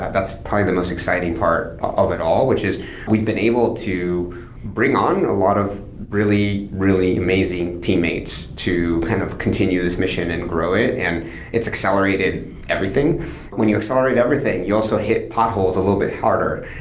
that's probably the most exciting part of it all, which is we've been able to bring on a lot of really, really amazing teammates to kind of continue this mission and grow it, and it's accelerated everything when you accelerate everything, you also hit potholes a little bit harder,